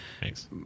Thanks